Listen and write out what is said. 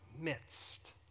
midst